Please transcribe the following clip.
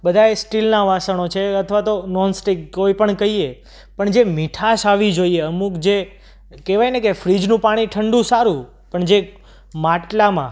બધાય સ્ટીલના વાસણો છે અથવા તો નોનસ્ટિક કોઈ પણ કહીએ પણ જે મીઠાશ આવવી જોઈએ અમુક જે કહેવાય ને કે ફ્રિજનું પાણી ઠંડુ સારું પણ જે માટલામાં